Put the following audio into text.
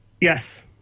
Yes